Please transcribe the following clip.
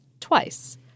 twice—